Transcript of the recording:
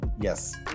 Yes